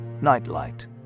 Nightlight